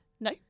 No